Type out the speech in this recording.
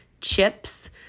chips